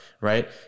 right